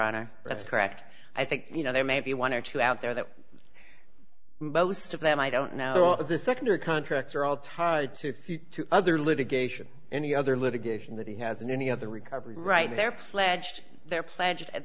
honor that's correct i think you know there may be one or two out there that most of them i don't know if the secretary contracts are all tied to a few other litigation any other litigation that he has in any other recovery right there pledged their pledge at